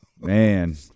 Man